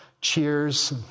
cheers